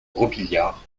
robiliard